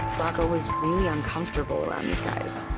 rocco was really uncomfortable around these guys.